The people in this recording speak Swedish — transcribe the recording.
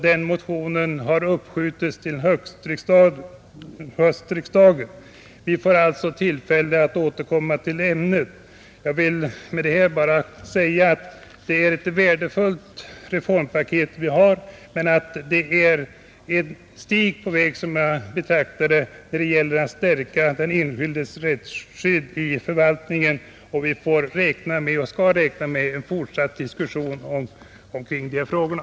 Den motionens behandling har uppskjutits till höstriksdagen. Vi får alltså tillfälle att återkomma till ämnet. Jag vill med det här bara säga att det är ett värdefullt reformpaket vi har men att jag betraktar det som ett steg på vägen när det gäller att stärka den enskildes rättsskydd i förvaltningen. Vi får och skall räkna med en fortsatt diskussion omkring de här frågorna.